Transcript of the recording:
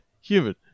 human